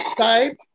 type